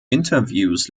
interviews